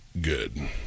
good